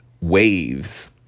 waves